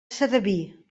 sedaví